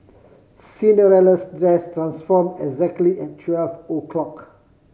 Cinderella's dress transform exactly at twelve o'clock